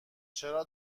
چرا